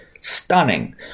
stunning